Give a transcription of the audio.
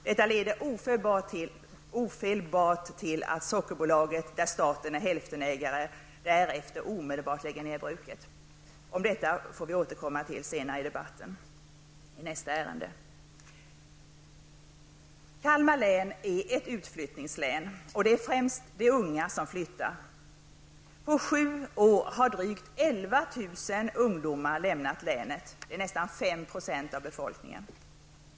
Detta leder ofelbart till att Sockerbolaget, där staten är hälftenägare, därefter omedelbart lägger ner bruket. Kalmar län är ett utflyttningslän. Det är främst de unga som flyttar. Drygt 11 000 ungdomar har lämnat länet på sju år. Det är nästan 5 % av befolkningen.